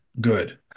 good